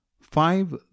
five